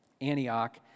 Antioch